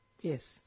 Yes